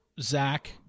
Zach